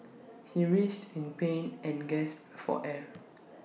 he writhed in pain and gasped for air